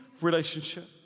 relationship